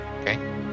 okay